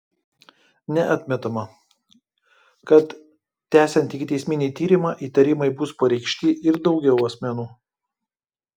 neatmetama kad tęsiant ikiteisminį tyrimą įtarimai bus pareikšti ir daugiau asmenų